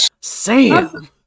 Sam